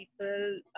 people